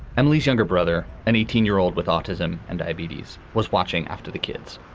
emily's younger brother and eighteen year old with autism and diabetes was watching after the kids.